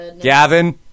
Gavin